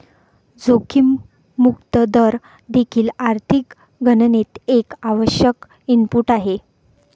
जोखीम मुक्त दर देखील आर्थिक गणनेत एक आवश्यक इनपुट आहे